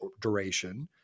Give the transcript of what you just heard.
duration